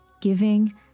giving